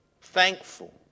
thankful